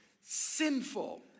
sinful